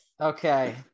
Okay